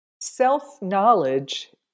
Self-knowledge